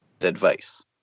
advice